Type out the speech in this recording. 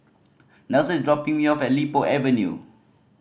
Nelson is dropping me off at Li Po Avenue